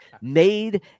made